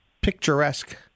picturesque